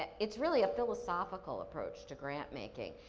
it's really a philosophical approach to grant-making.